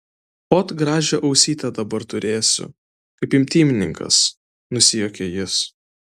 ot gražią ausytę dabar turėsiu kaip imtynininkas nusijuokė jis